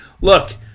Look